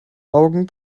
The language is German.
augen